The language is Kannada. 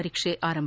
ಪರೀಕ್ಷೆ ಆರಂಭ